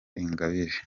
ingabire